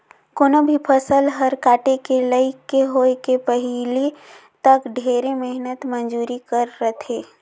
कोनो भी फसल हर काटे के लइक के होए के पहिले तक ढेरे मेहनत मंजूरी करे रथे